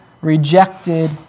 rejected